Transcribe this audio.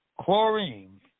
Chlorine